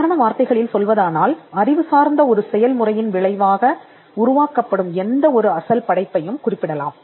சாதாரண வார்த்தைகளில் சொல்வதானால் அறிவு சார்ந்த ஒரு செயல் முறையின் விளைவாக உருவாக்கப்படும் எந்த ஒரு அசல் படைப்பையும் குறிப்பிடலாம்